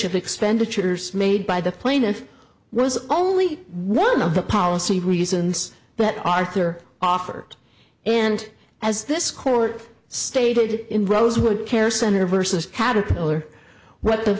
the expenditures made by the plaintiff was only one of the policy reasons but arthur offered and as this court stated in rosewood care center versus caterpillar what the